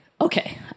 okay